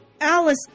Alice